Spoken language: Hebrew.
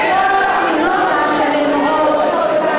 וכל התלונות שנאמרות כאן,